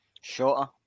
Shorter